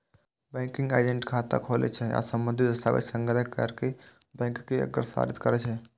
banking agent खाता खोलै छै आ संबंधित दस्तावेज संग्रह कैर कें बैंक के अग्रसारित करै छै